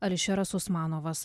ališeras usmanovas